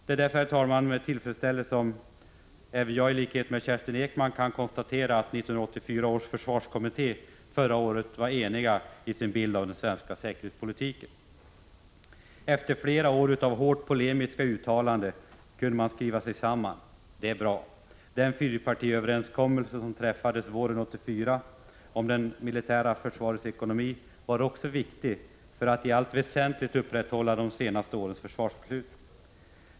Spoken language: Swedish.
Det är därför, herr talman, med tillfredsställelse som jag i likhet med Kerstin Ekman kan konstatera att 1984 års försvarskommitté förra året var enig i sin bild av den svenska säkerhetspolitiken. Efter flera år av hårt polemiska uttalanden kunde man skriva sig samman. Det är bra. Den fyrpartiöverenskommelse som träffades våren 1984 om det militära försvarets ekonomi var också viktig för att i allt väsentligt upprätthålla de senaste årens försvarsbeslut.